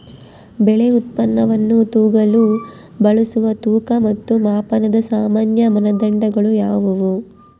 ಬೆಳೆ ಉತ್ಪನ್ನವನ್ನು ತೂಗಲು ಬಳಸುವ ತೂಕ ಮತ್ತು ಮಾಪನದ ಸಾಮಾನ್ಯ ಮಾನದಂಡಗಳು ಯಾವುವು?